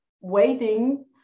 waiting